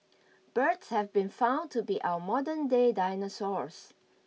birds have been found to be our modern day dinosaurs